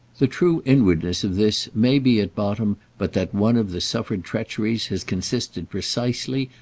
the true inwardness of this may be at bottom but that one of the suffered treacheries has consisted precisely,